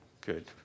good